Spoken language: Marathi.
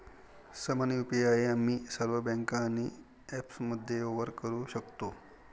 समान यु.पी.आई आम्ही सर्व बँका आणि ॲप्समध्ये व्यवहार करू शकतो